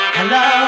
Hello